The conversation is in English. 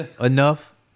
Enough